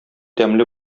тәмле